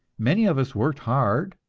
many of us worked hard,